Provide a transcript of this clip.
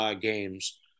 games